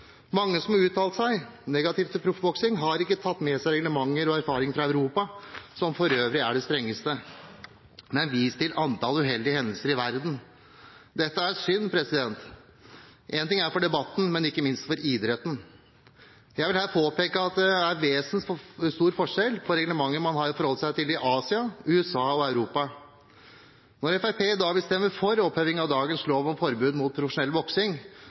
Mange som har uttalt seg negativt til proffboksing, har ikke tatt med erfaringer og reglementer fra Europa, som for øvrig er de strengeste, men vist til antall uheldige hendelser i verden. Dette er synd – én ting er for debatten, men ikke minst for idretten. Jeg vil her påpeke at det er vesensforskjell på reglementer man har å forholde seg til i Asia, USA og Europa. Når Fremskrittspartiet i dag vil stemme for oppheving av dagens lov om forbud mot profesjonell